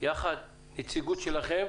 יחד עם נציגות שלכם,